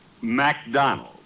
MacDonald